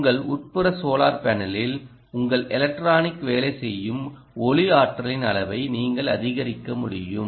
உங்கள் உட்புற சோலார் பேனலில்உங்கள் எலக்ட்ரானிக்ஸ் வேலை செய்யும் ஒளி ஆற்றலின் அளவை நீங்கள் அதிகரிக்க முடியும்